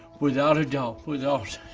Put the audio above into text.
without a doubt, without